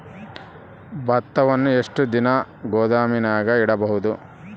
ಭತ್ತವನ್ನು ಎಷ್ಟು ದಿನ ಗೋದಾಮಿನಾಗ ಇಡಬಹುದು?